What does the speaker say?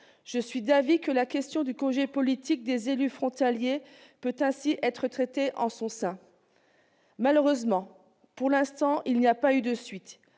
je suis d'avis que la question du congé politique des élus frontaliers peut ainsi être traitée en son sein. » Malheureusement, pour l'instant, aucune suite